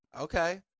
okay